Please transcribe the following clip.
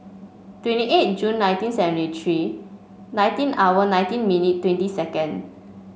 twenty eight June nineteen seventy three nineteen hour nineteen minute twenty second